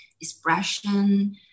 expression